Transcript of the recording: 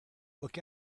look